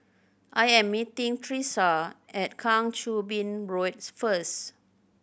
I am meeting Tresa at Kang Choo Bin Road first